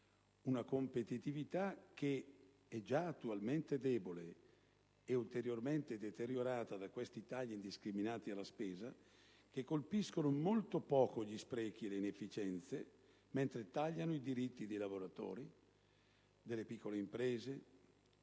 una competitività oggi già debole ed ulteriormente deteriorata da questi tagli indiscriminati alla spesa, che colpiscono molto poco gli sprechi e le inefficienze, mentre tagliano i diritti dei lavoratori, delle piccole imprese,